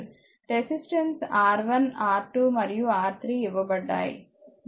resistances R1 R2మరియు R3 ఇవ్వబడ్డాయి